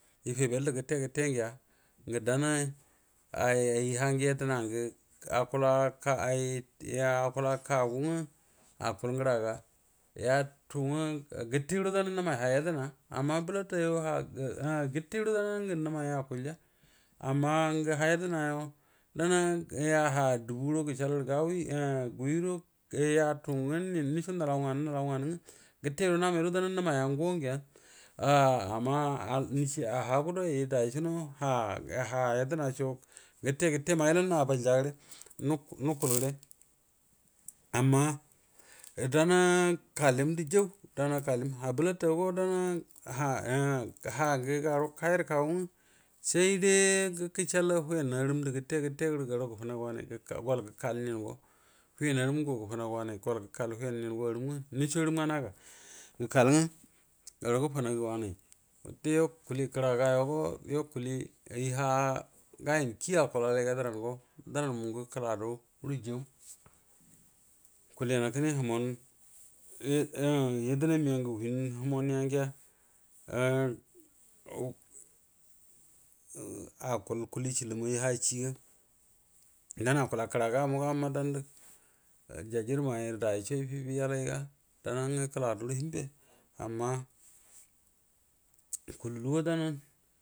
Ifebdu rə gətte ngiya ngə dana ayi ha ngə yadəna ngə akula kagu nga akul ngəraga yata nga gətedo dan nəmai ha yadəna amma bəlafago ha gətedo danə ngə nəmai akulya amma ha yadənago dana ha duburo gushaldu guhido gafu nga nin ndasho nəlan ng anə nəfau ngahə nga gətero namai do dan nəmaya ngu ngiya a ama hagudə yai dai ha yadənasho gəte gəte mail abalya gəre nakul gəre amma dana kailəm ndə jau dana kailəm ya bəlafago dana ha ngə gar u kamə kagu nga saide gəshal uwyan arum də gəte gəte muro gol gəkal wiyan arum uga ga gəfanagu nin gəkal hinyan arulu nga ga gəfanagu wanai yo kuli kəragago kull ayi ha kii yukul ga akulalaiga draago kuliyan kgne humon yadena miyangu hinu human ja gairo nga kuli chilumai ayi hashiga akula koragaru dan yu jajirmarə afejo ifibiga dana kəla dura himbe amma kulahwa dana.